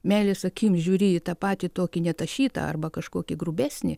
meilės akim žiūri į tą patį tokį netašytą arba kažkokį grubesnį